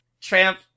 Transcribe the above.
Tramp